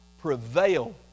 prevail